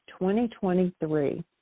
2023